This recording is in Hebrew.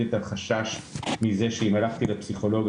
את החשש מזה שאם הלכתי לפסיכולוג,